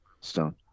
Stone